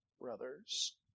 brothers